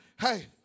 hey